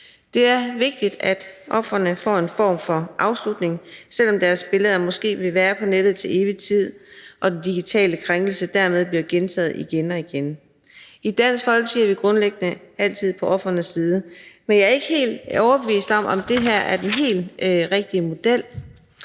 Det er vigtigt, at ofrene får en form for afslutning, selv om deres billeder måske vil være på nettet til evig tid og den digitale krænkelse dermed bliver gentaget igen og igen. I Dansk Folkeparti er vi grundlæggende altid på ofrenes side, men jeg er ikke helt overbevist om, at det her er den helt rigtige model.